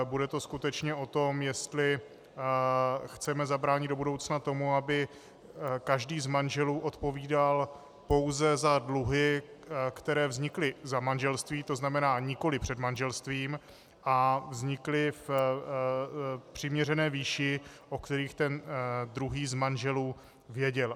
Bude to skutečně o tom, jestli chceme zabránit do budoucna tomu, aby každý z manželů odpovídal pouze za dluhy, které vznikly za manželství, to znamená nikoliv před manželstvím, a vznikly v přiměřené výši, o kterých druhý z manželů věděl.